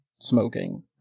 smoking